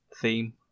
theme